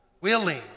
willing